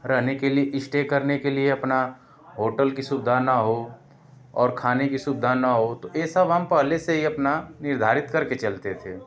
रहने के लिए इस्टे करने के लिए अपना होटल की सुविधा न हो और खाने कि सुविधा न हो तो ये सब हम पहले से ही हम अपना निर्धारित करके चलते थे